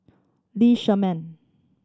Lee Shermay